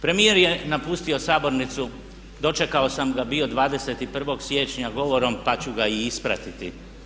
Premijer je napustio sabornicu, dočekao sam ga bio 21. siječnja govorom pa ću ga i ispratiti.